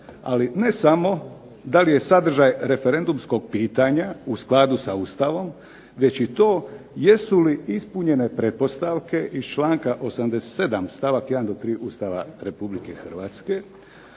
ali ne samo da li je sadržaj referendumskog pitanja u skladu sa Ustavom, već i to jesu li ispunjene pretpostavke iz članka 87. stavak 1. do 3. Ustava Republike Hrvatske